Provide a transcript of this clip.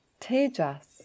Tejas